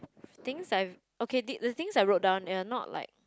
things I have okay the things I wrote down they are not like